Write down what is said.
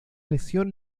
lesión